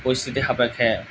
পৰিস্থিতি সাপেক্ষে